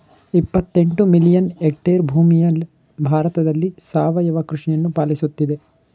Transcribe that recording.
ಇಪ್ಪತ್ತೆಂಟು million hectare ಕೃಷಿಭೂಮಿ ಭಾರತದಲ್ಲಿ ಸಾವಯವ ಕೃಷಿಯನ್ನು ಪಾಲಿಸುತ್ತಿದೆ